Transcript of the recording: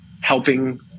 helping